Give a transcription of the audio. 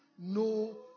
No